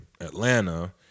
Atlanta